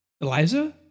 Eliza